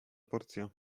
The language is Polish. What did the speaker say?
porcja